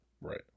Right